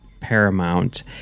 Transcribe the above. Paramount